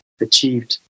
achieved